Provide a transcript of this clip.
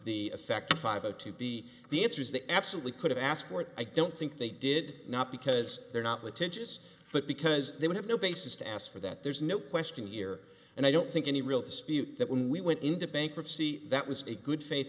the effect of five a to b the answer is they absolutely could have asked for it i don't think they did not because they're not with tensions but because they would have no basis to ask for that there's no question year and i don't think any real dispute that when we went into bankruptcy that was a good faith